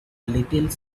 little